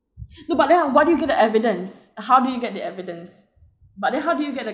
no but then uh what do you get the evidence how did you get the evidence but then how did you get the